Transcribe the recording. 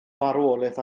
farwolaeth